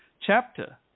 chapter